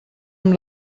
amb